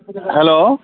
hello